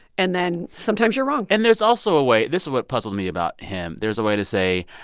and then sometimes you're wrong and there's also a way this is what puzzles me about him. there's a way to say,